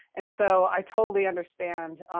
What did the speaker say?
and so i totally understand